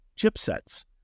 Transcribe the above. chipsets